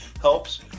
helps